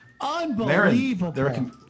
Unbelievable